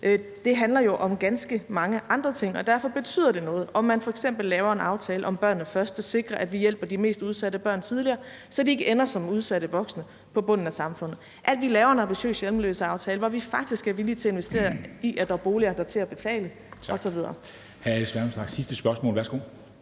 Det handler jo om ganske mange andre ting. Derfor betyder det noget, om man f.eks. laver en aftale om »Børnene Først«, der sikrer, at vi hjælper de mest udsatte børn tidligere, så de ikke ender som udsatte vokse på bunden af samfundet; at vi laver en ambitiøs hjemløseaftale, hvor vi faktisk er villige til at investere i, at der er boliger, der er til at betale, osv.